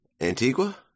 Antigua